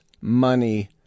money